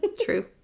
True